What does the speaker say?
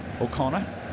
O'Connor